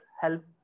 help